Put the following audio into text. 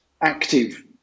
active